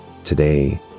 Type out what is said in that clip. today